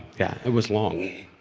yeah it was long.